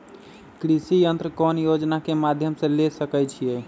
कृषि यंत्र कौन योजना के माध्यम से ले सकैछिए?